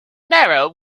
narrow